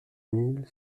mille